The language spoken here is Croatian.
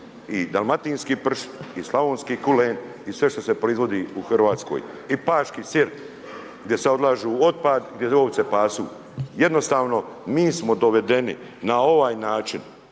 i dalmatinski pršut i slavonski kulen i sve što se proizvodi u Hrvatskoj. I paški sir gdje sad odlažu otpad i gdje ovce pasu. Jednostavno mi smo dovedeni na ovaj način,